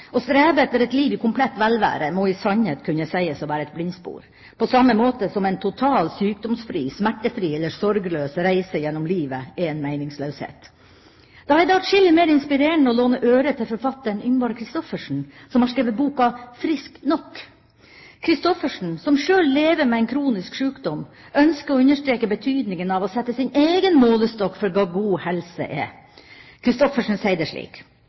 strebe etter et liv i komplett velvære må i sannhet kunne sies å være et blindspor, på samme måte som en total sykdomsfri, smertefri eller sorgløs reise gjennom livet er en meningsløshet. Da er det adskillig mer inspirerende å låne øre til forfatteren Yngvar Christophersen, som har skrevet boka «Frisk nok». Christophersen, som sjøl lever med en kronisk sykdom, ønsker å understreke betydningen av å sette sin egen målestokk for hva god helse er. Christophersen sier det slik: